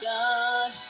God